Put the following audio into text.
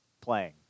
playing